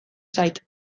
zait